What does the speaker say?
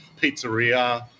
pizzeria